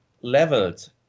leveled